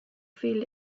feel